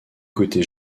côté